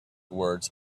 words